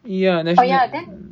ya national day